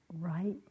right